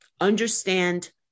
understand